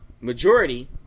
majority